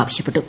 ആവശ്യപ്പെട്ടു